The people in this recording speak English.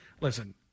listen